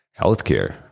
healthcare